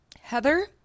Heather